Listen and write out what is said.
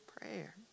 prayer